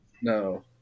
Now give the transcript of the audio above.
No